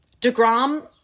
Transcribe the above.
DeGrom